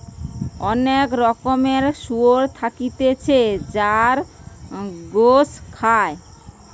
অনেক রকমের শুয়োর থাকতিছে যার গোস খায়